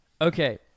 Okay